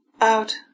out